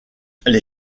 les